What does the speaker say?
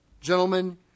gentlemen